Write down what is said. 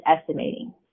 estimating